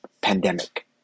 pandemic